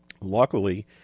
luckily